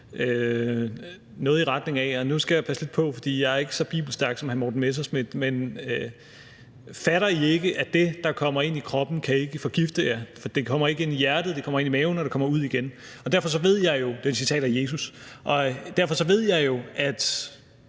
noget i retning af – og nu skal jeg passe lidt på, for jeg er ikke så bibelstærk som hr. Morten Messerschmidt: Fatter I ikke, at det, der kommer ind i kroppen, kan ikke forgifte jer, for det kommer ikke ind i hjertet, det kommer ind i maven, og det kommer ud igen. Det er et citat fra Jesus. Derfor ved jeg jo, at